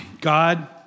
God